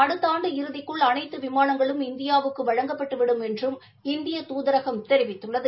அடுத்த ஆண்டு இறதிக்குள் அனைத்து விமானங்களும் இந்தியாவுக்கு வழங்கப்பட்டு விடும் என்றம் இந்திய தூதரகம் தெரிவித்துள்ளது